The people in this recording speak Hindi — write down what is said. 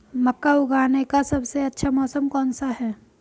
मक्का उगाने का सबसे अच्छा मौसम कौनसा है?